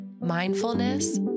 mindfulness